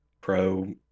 pro